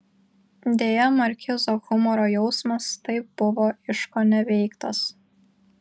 deja markizo humoro jausmas taip buvo iškoneveiktas